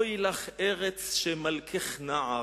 אוי לך ארץ שמלכך נער.